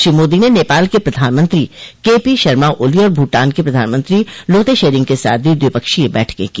श्री मोदी ने नेपाल के प्रधानमंत्री के पी शर्मा ओली और भूटान के प्रधानमंत्री लोते शेरिंग के साथ भी द्विपक्षीय बैठकें की